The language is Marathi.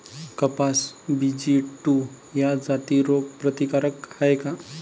कपास बी.जी टू ह्या जाती रोग प्रतिकारक हाये का?